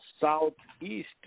southeast